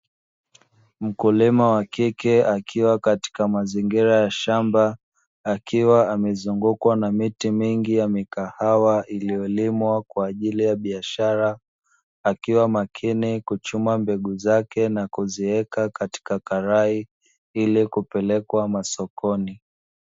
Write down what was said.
Mkulima wa kike akiwa katika mazingira ya shamba akiwa amezungukwa na miti mingi ya mikahawa iliolimwa kwa ajili ya biashara, akiwa makini kuchuma mbegu zake na kuziweka katika karai ili kupeleka masokoni.